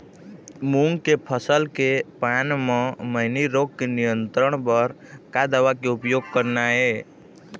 मूंग के फसल के पान म मैनी रोग के नियंत्रण बर का दवा के उपयोग करना ये?